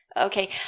Okay